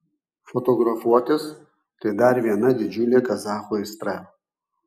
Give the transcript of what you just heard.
fotografuotis tai dar viena didžiulė kazachų aistra